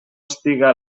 estiga